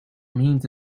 means